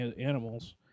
animals